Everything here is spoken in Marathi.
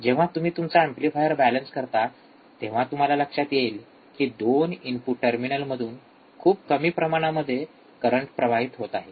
जेव्हा तुम्ही तुमचा एंपलीफायर बॅलन्स करता तेव्हा तुम्हाला लक्षात येईल की २ इनपुट टर्मिनलमधून खूप कमी प्रमाणामध्ये करंट प्रवाहित होत आहे